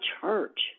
church